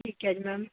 ਠੀਕ ਹੈ ਜੀ ਮੈਮ